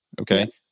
okay